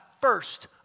first